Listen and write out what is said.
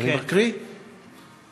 אני מקריא את